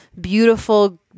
beautiful